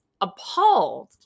appalled